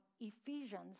Ephesians